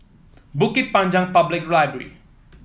Bukit Panjang Public Library